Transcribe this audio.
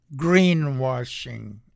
greenwashing